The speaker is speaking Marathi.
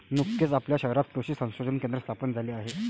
नुकतेच आपल्या शहरात कृषी संशोधन केंद्र स्थापन झाले आहे